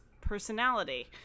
personality